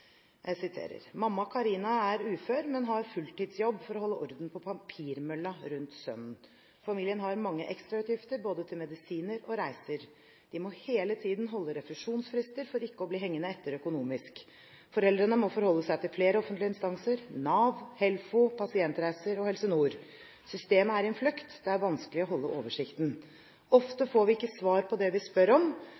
Karina er ufør, men har fulltidsjobb med å holde orden på papirmølla rundt sønnen. Familien har mange ekstrautgifter, både til medisiner og reiser. De må hele tiden holde refusjonsfrister, for ikke å bli hengende etter økonomisk. Foreldrene må forholde seg til flere offentlige instanser, NAV, HELFO, Pasientreiser og Helse Nord. Systemet er innfløkt, det er vanskelig å holde oversikten. – Ofte